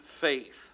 faith